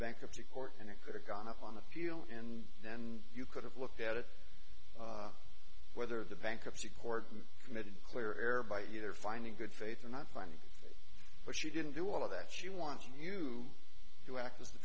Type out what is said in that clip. bankruptcy court and it could have gone up on appeal and then you could have looked at it whether the bankruptcy court committed clear error by either finding good faith or not planning but she didn't do all of that she wants you to act as the